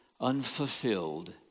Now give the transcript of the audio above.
unfulfilled